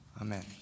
Amen